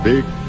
Big